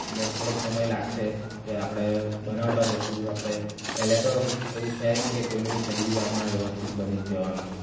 એટલે થોડોક સમય લાગશે કે આપણે બનાવતા જઈશું તો આપણે પહેલાં તો એવું છેય નહીં કે કોઈનું બી પહેલી વારમાં વ્યવસ્થિત બની જ જવાનું છે